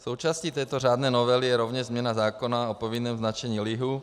Součástí této řádné novely je rovněž změna zákona o povinném značení lihu.